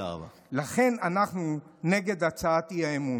לכן אנחנו נגד הצעת האי-אמון.